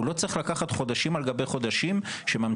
הוא לא צריך לקחת חודשים על גבי חודשים שממתינים